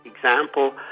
example